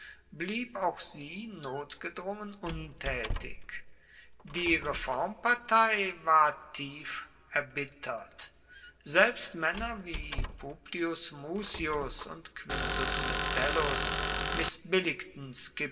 blieb auch sie notgedrungen untätig die reformpartei war tief erbittert selbst männer wie publius mucius und quintus metellus